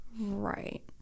right